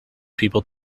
people